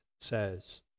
says